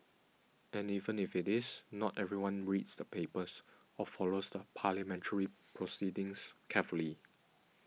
and even if it is not everyone reads the papers or follows the parliamentary proceedings carefully